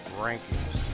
rankings